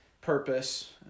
Purpose